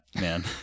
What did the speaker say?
man